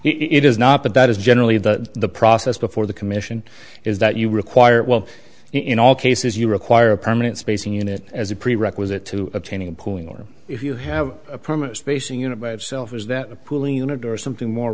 it is not but that is generally the process before the commission is that you require well in all cases you require a permanent spacing unit as a prerequisite to obtaining a puling or if you have a permit spacing unit by itself is that pulling unit or something more